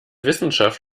wissenschaft